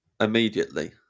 immediately